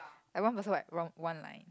like one person like wrong one line